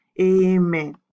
Amen